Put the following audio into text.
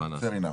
פייר אינאף.